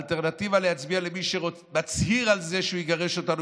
האלטרנטיבה להצביע למי שמצהיר שהוא יגרש אותנו